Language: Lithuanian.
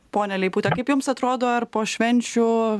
ponia leipute kaip jums atrodo ar po švenčių